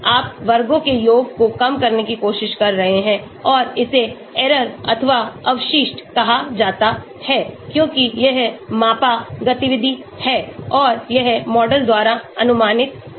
आप वर्गों के योग को कम करने की कोशिश कर रहे हैं और इसे error अथवा अवशिष्ट कहा जाता है क्योंकि यह मापा गतिविधि है और यह मॉडल द्वारा अनुमानित है